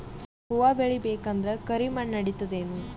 ಹುವ ಬೇಳಿ ಬೇಕಂದ್ರ ಕರಿಮಣ್ ನಡಿತದೇನು?